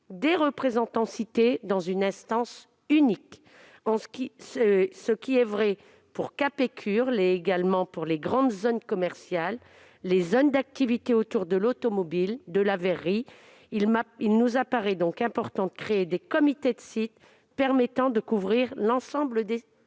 des représentants cités dans une instance unique. Ce qui est vrai pour Capécure l'est également pour les grandes zones commerciales, les zones d'activités autour de l'automobile ou de la verrerie. Il nous paraît donc important de créer des comités de site permettant de couvrir l'ensemble des